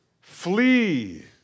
flee